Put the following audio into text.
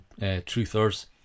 Truthers